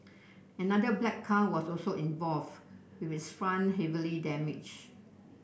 another black car was also involved with its front heavily damaged